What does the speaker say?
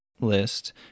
list